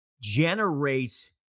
generate